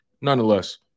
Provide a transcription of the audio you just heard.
nonetheless